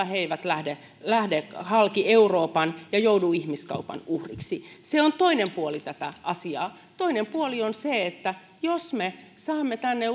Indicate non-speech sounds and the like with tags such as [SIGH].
[UNINTELLIGIBLE] he eivät lähde lähde halki euroopan ja joudu ihmiskaupan uhreiksi se on toinen puoli tätä asiaa toinen puoli on se että jos me saamme tänne [UNINTELLIGIBLE]